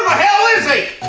hell is he?